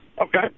Okay